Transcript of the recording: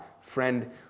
friend